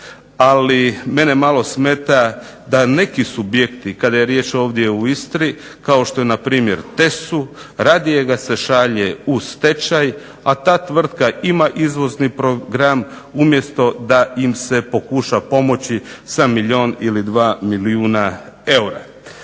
ali mene malo smeta da neki subjekti kada je riječ ovdje u Istri kao što npr. TESU radije ga se šalje u stečaj, a ta tvrtka ima izvozni program umjesto da im se pokuša pomoći sa milijun ili dva milijuna eura.